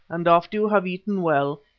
and after you have eaten well,